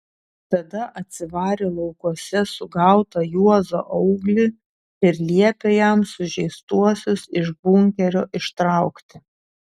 tada atsivarė laukuose sugautą juozą auglį ir liepė jam sužeistuosius iš bunkerio ištraukti